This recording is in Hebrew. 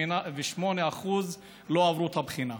68% לא עברו את הבחינה.